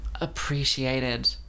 Appreciated